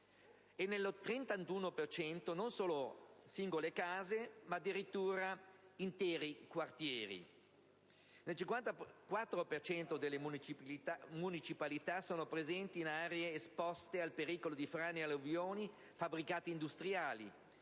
dei casi non sono singole case, ma addirittura interi quartieri. Nel 54 per cento delle municipalità sono presenti, in aree esposte al pericolo di frane ed alluvioni, fabbricati industriali